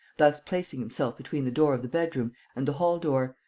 thus placing himself between the door of the bedroom and the hall-door,